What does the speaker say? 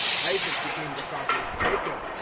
isaac became the father of jacob,